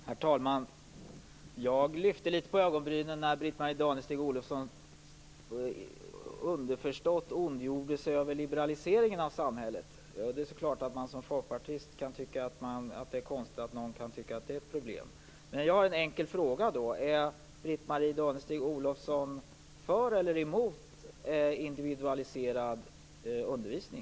Herr talman! Jag lyfte litet på ögonbrynen när Britt-Marie Danestig-Olofsson underförstått ondgjorde sig över liberaliseringen av samhället. Det är klart att man som folkpartist kan tycka att det är konstigt att någon kan tycka att det är ett problem. Jag har en enkel fråga: Är Britt-Marie Danestig-Olofsson för eller emot individualiserad undervisning?